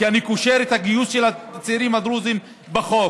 כי אני קושר את הגיוס של הצעירים הדרוזים בחוק.